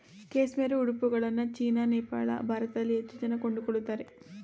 cashmere ಉಡುಪುಗಳನ್ನ China, Nepal, ಭಾರತದಲ್ಲಿ ಹೆಚ್ಚು ಜನ ಕೊಂಡುಕೊಳ್ಳುತ್ತಾರೆ